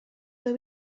were